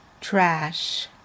trash